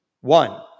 One